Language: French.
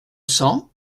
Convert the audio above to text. cents